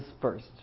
first